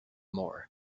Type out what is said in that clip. more